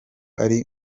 ari